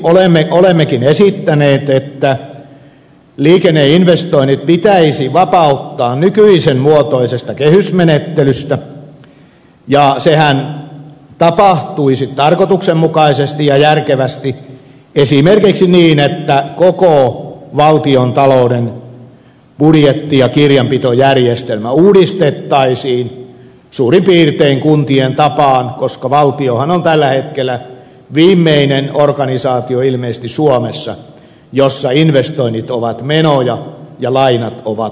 siksi olemmekin esittäneet että liikenneinvestoinnit pitäisi vapauttaa nykyisen muotoisesta kehysmenettelystä ja sehän tapahtuisi tarkoituksenmukaisesti ja järkevästi esimerkiksi niin että koko valtiontalouden budjetti ja kirjanpitojärjestelmä uudistettaisiin suurin piirtein kuntien tapaan koska valtiohan on tällä hetkellä ilmeisesti viimeinen organisaatio suomessa jossa investoinnit ovet menoja ja lainat ovat tuloja